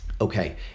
okay